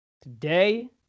today